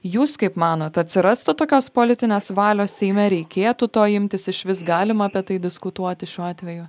jūs kaip manot atsirastų tokios politinės valios seime reikėtų to imtis išvis galima apie tai diskutuoti šiuo atveju